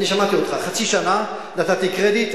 אני שמעתי אותך, חצי שנה נתתי קרדיט.